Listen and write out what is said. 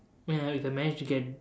ya if I managed to get